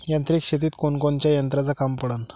यांत्रिक शेतीत कोनकोनच्या यंत्राचं काम पडन?